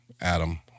Adam